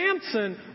Samson